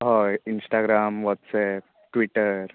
हय Instagram WhatsApp Twitter